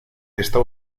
está